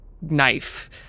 knife